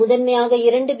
முதன்மையாக இரண்டு பி